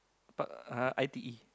but uh I_T_E